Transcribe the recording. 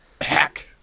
Hack